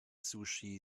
sushi